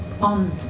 on